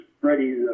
Freddie